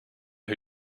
who